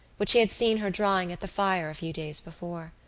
which he had seen her drying at the fire a few days before.